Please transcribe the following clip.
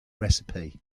recipe